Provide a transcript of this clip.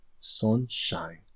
sunshine